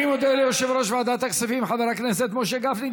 אני מודה ליושב-ראש ועדת הכספים חבר הכנסת משה גפני.